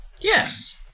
Yes